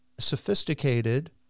Sophisticated